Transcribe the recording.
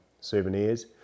souvenirs